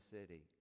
city